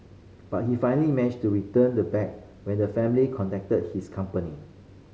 but he finally managed to return the bag when the family contacted his company